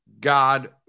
God